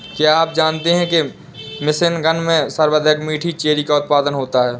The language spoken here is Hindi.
क्या आप जानते हैं कि मिशिगन में सर्वाधिक मीठी चेरी का उत्पादन होता है?